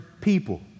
people